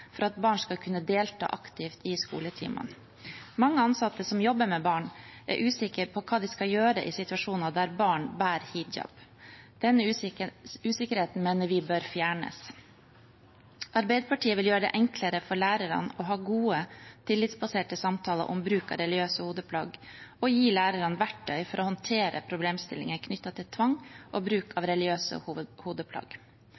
skoletimene. Mange ansatte som jobber med barn, er usikre på hva de skal gjøre i situasjoner der barn bærer hijab. Denne usikkerheten mener vi bør fjernes. Arbeiderpartiet vil gjøre det enklere for lærerne å ha gode, tillitsbaserte samtaler om bruk av religiøse hodeplagg og gi lærerne verktøy for å håndtere problemstillinger knyttet til tvang og bruk